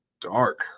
dark